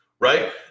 right